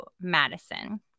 Madison